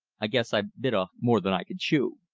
i guess i bit off more than i could chew.